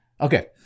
Okay